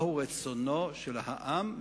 מהו רצונו של העם.